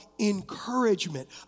encouragement